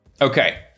Okay